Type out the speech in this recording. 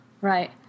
Right